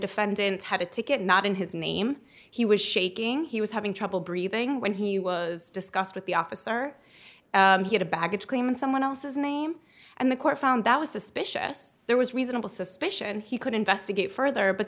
defendant had a ticket not in his name he was shaking he was having trouble breathing when he was discussed with the officer he had a baggage claim in someone else's name and the court found that was suspicious there was reasonable suspicion he could investigate further but